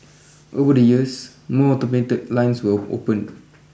over the years more automated lines were opened